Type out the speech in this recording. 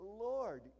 Lord